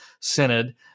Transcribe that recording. Synod